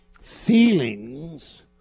feelings